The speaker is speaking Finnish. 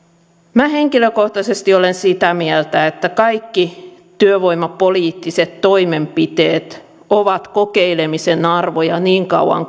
minä henkilökohtaisesti olen sitä mieltä että kaikki työvoimapoliittiset toimenpiteet ovat kokeilemisen arvoisia niin kauan